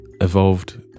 evolved